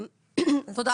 (שקף: פרק 4